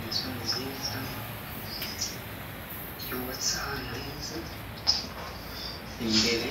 Inzu nziza yubatse ahantu heza, imbere